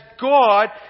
God